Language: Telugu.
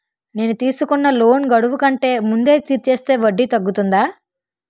నేను తీసుకున్న లోన్ గడువు కంటే ముందే తీర్చేస్తే వడ్డీ తగ్గుతుందా?